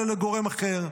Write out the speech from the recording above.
אלא לגורם אחר.